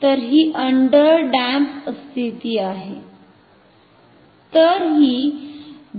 तर ही under damp स्थिती आहे